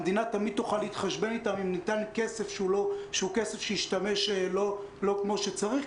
המדינה תמיד תוכל להתחשבן אתן אם ניתן כסף שהשתמשו בו לא כמו שצריך,